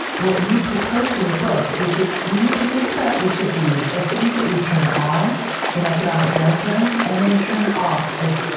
what we proposed in the book is that we need to think about each of these as things that we turn on in economic downturns and then turn off as.